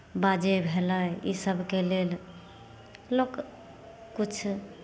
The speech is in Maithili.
बाजे भेलै ईसभके लेल लोककेँ किछु